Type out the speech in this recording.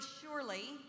surely